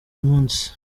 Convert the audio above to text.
munsi